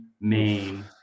main